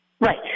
Right